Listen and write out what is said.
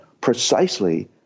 precisely